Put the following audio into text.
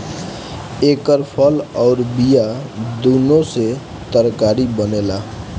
एकर फल अउर बिया दूनो से तरकारी बनेला